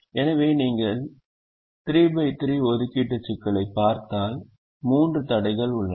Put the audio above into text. எனவே நீங்கள் 3 x 3 ஒதுக்கீட்டு சிக்கலைப் பார்த்தால் மூன்று தடைகள் உள்ளன